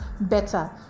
better